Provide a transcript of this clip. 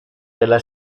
della